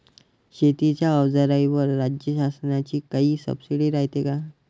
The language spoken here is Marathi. शेतीच्या अवजाराईवर राज्य शासनाची काई सबसीडी रायते का?